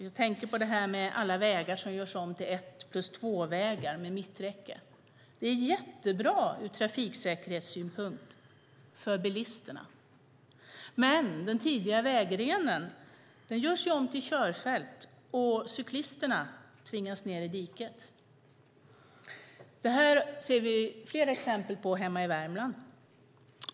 Jag tänker på alla vägar som nu görs om till två-plus-ett-vägar med mitträcke. Det är jättebra ur trafiksäkerhetssynpunkt för bilisterna. Men den tidigare vägrenen görs om till körfält, och cyklisterna tvingas ned i diket. Det här kan vi se flera exempel på hemma i Värmland.